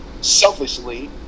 selfishly